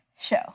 show